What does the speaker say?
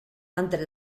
entre